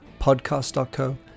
Podcast.co